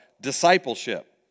discipleship